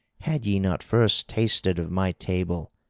had ye not first tasted of my table,